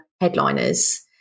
headliners